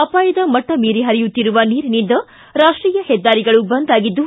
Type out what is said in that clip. ಅಪಾಯದ ಮಟ್ಟ ಮೀರಿ ಪರಿಯುತ್ತಿರುವ ನೀರಿನಿಂದ ರಾಷ್ಟೀಯ ಹೆದ್ದಾರಿಗಳು ಬಂದ್ ಆಗಿದ್ದು